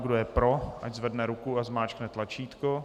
Kdo je pro, ať zvedne ruku a zmáčkne tlačítko.